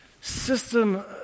system